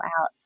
out